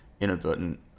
inadvertent